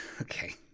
okay